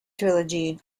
trilogy